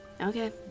Okay